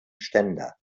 ständer